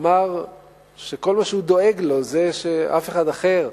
אמר שכל מה שהוא דואג לו זה שאף אחד אחר,